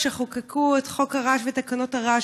כשחוקקו את חוק הרעש ותקנות הרעש,